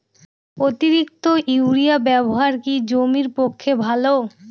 অতিরিক্ত ইউরিয়া ব্যবহার কি জমির পক্ষে ভালো?